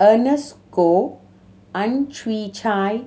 Ernest Goh Ang Chwee Chai